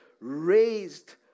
raised